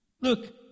Look